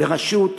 בראשות